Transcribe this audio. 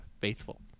faithful